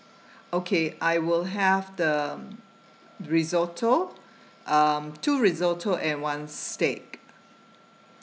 okay I will have the risotto um two risotto and one steak